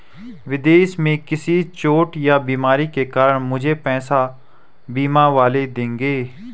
विदेश में किसी चोट या बीमारी के कारण मुझे पैसे बीमा वाले देंगे